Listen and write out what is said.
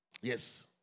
Yes